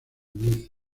lic